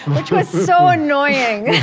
which was so annoying,